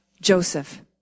Joseph